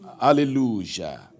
Hallelujah